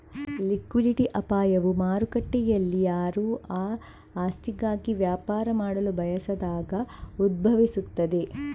liquidity ಅಪಾಯವು ಮಾರುಕಟ್ಟೆಯಲ್ಲಿಯಾರೂ ಆ ಆಸ್ತಿಗಾಗಿ ವ್ಯಾಪಾರ ಮಾಡಲು ಬಯಸದಾಗ ಉದ್ಭವಿಸುತ್ತದೆ